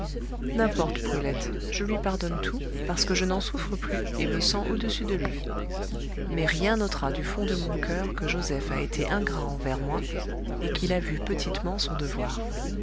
n'importe brulette je lui pardonne tout parce que je n'en souffre plus et me sens au-dessus de lui mais rien n'ôtera du fond de mon coeur que joseph a été ingrat envers moi et qu'il a vu petitement son devoir